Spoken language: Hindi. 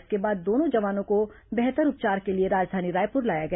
इसके बाद दोनों जवानों को बेहतर उपचार के लिए राजधानी रायपुर लाया गया